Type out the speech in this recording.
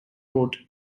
road